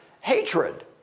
hatred